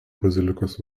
bazilikos